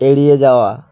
এড়িয়ে যাওয়া